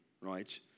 right